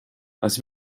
als